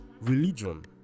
Religion